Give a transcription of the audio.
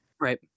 right